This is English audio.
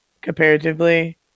comparatively